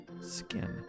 skin